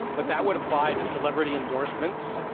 but that would apply to celebrity endorsements,